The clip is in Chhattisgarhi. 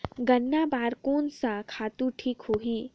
गन्ना बार कोन सा खातु ठीक होही?